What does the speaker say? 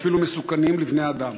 ואפילו מסוכנים לבני-אדם.